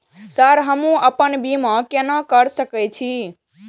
Sir हमू अपना बीमा केना कर सके छी?